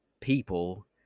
people